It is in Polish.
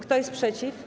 Kto jest przeciw?